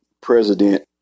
President